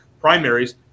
primaries